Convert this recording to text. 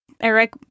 Eric